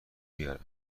بیارم